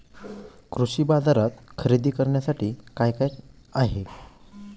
कृषी बाजारात खरेदी करण्यासाठी काय काय आहे?